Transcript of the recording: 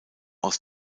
aus